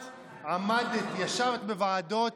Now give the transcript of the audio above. את עמדת, ישבת בוועדות